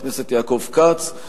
חבר הכנסת יעקב כץ,